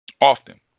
often